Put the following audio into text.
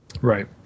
Right